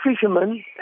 fishermen